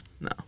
No